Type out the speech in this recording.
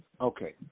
Okay